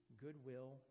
goodwill